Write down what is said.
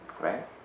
right